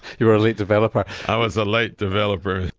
you were a late developer. i was a late developer.